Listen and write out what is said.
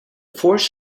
force